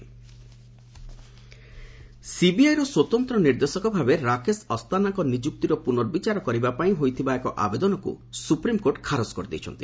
SC Asthana ସିବିଆଇର ସ୍ୱତନ୍ତ୍ର ନିର୍ଦ୍ଦେଶକ ଭାବେ ରାକେଶ ଅସ୍ତାନାଙ୍କ ନିଯୁକ୍ତିର ପୁନର୍ବଚାର କରିବା ପାଇଁ ହୋଇଥିବା ଏକ ଆବେଦନକୁ ସୁପ୍ରିମକୋର୍ଟ ଖାରଜ କରିଦେଇଛନ୍ତି